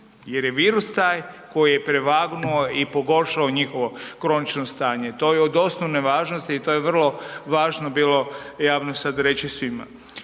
jer je virus taj koji je prevagnuo i pogoršao njihovo kronično stanje, to je od osnovne važnosti i to je vrlo važno bilo javno sada reći svima.